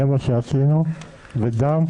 זה מה שעשינו וגם,